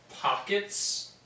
pockets